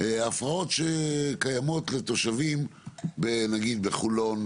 הפרעות שקיימות לתושבים בחולון,